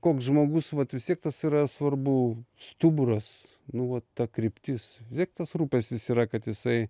koks žmogus vat vis tiek tas yra svarbu stuburas nu va ta kryptis vis tiek tas rūpestis yra kad jisai